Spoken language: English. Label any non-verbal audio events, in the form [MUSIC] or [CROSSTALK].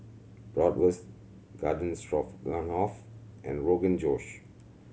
Bratwurst Garden [UNINTELLIGIBLE] and Rogan Josh